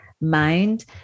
mind